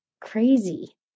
Crazy